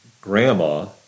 grandma